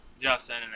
justin